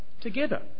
together